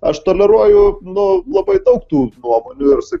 aš toleruoju nu labai daug tų nuomonių ir su